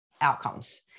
outcomes